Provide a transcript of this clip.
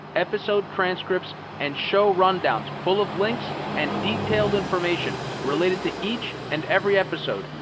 episode transcripts and show run-downs full of links and detailed information related to each and every episode,